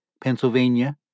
Pennsylvania